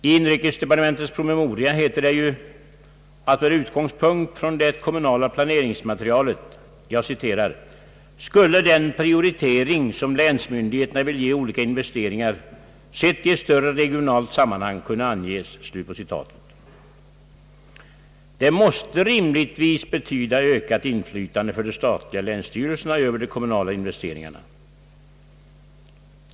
I inrikesdepartementets promemoria heter det ju att med utgångspunkt från det kommunala planeringsmaterialet »skulle den prioritering som länsmyndigheterna vill ge olika investeringar, sett i ett större regionalt sammanhang, kunna anges». Det måste rimligtvis betyda ökat inflytande för de statliga länsstyrelserna över de kommunala investeringarna.